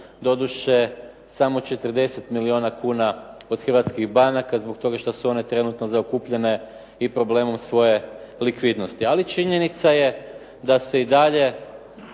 Doduše samo 40 milijuna kuna od hrvatskih banaka zbog toga što su one trenutno zaokupljene i problemom svoje likvidnosti. Ali činjenica je da se i dalje